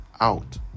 out